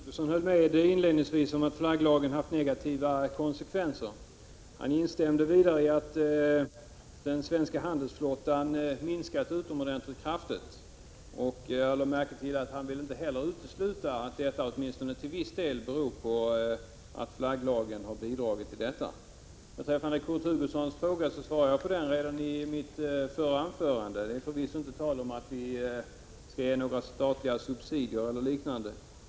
Fru talman! Kurt Hugosson höll inledningsvis med om att flagglagen haft negativa konsekvenser. Han instämde vidare i att den svenska handelsflottan minskat utomordentligt kraftigt. Jag lade märke till att han inte heller ville utesluta att detta åtminstone till viss del beror på flagglagen. Beträffande Kurt Hugossons fråga svarade jag på den redan i mitt förra inlägg. Det är förvisso inte tal om att vi skall ge några statliga subsidier eller liknande.